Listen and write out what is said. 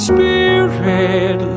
Spirit